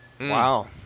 wow